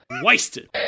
Wasted